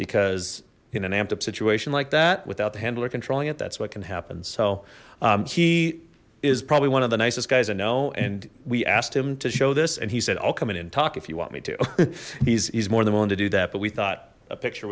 because in an amped up situation like that without the handler controlling it that's what can happen so he is probably one of the nicest guys i know and we asked him to show this and he said i'll come in and talk if you want me to he's more than willing to do that but we thought a picture